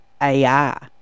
AI